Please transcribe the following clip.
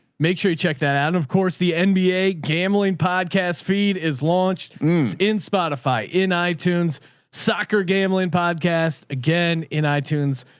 make sure you check that out. and of course the and nba gambling podcast feed is launched in spotify, in itunes soccer, gambling podcast. again in ah itunes,